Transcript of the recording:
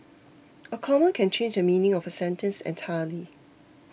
a comma can change the meaning of a sentence entirely